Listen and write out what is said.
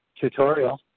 tutorial